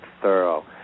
thorough